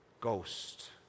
ghost